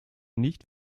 nicht